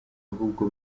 ahubwo